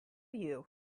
you